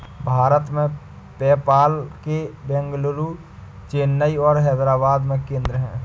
भारत में, पेपाल के बेंगलुरु, चेन्नई और हैदराबाद में केंद्र हैं